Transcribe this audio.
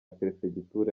perefegitura